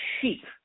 cheap